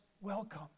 welcome